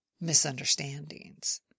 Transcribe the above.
misunderstandings